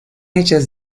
hechas